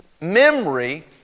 memory